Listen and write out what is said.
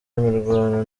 imirwano